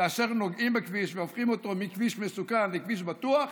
כאשר נוגעים בכביש והופכים אותו מכביש מסוכן לכביש בטוח,